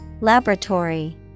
Laboratory